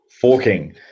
forking